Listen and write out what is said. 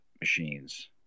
machines